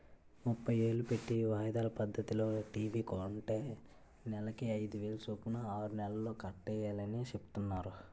ముప్పై ఏలు పెట్టి వాయిదాల పద్దతిలో టీ.వి కొంటే నెలకి అయిదేలు సొప్పున ఆరు నెలల్లో కట్టియాలని సెప్తున్నారు